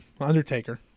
Undertaker